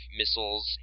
missiles